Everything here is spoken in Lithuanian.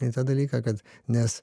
į tą dalyką kad nes